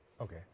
Okay